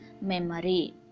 memory